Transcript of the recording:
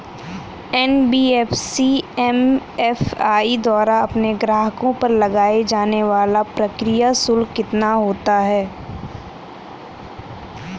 NBFC MFI द्वारा अपने ग्राहकों पर लगाए जाने वाला प्रक्रिया शुल्क कितना होता है?